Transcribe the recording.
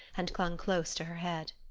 and clung close to her head.